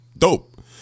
dope